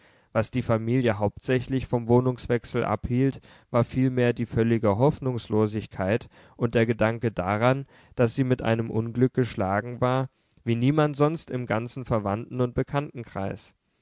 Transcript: was die familie hauptsächlich vom wohnungswechsel abhielt war vielmehr die völlige hoffnungslosigkeit und der gedanke daran daß sie mit einem unglück geschlagen war wie niemand sonst im ganzen verwandten und bekanntenkreis